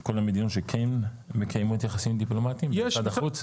של כול המדינות שכן מקיימות יחסים דיפלומטיים עם משרד החוץ?